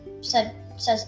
says